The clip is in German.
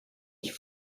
ich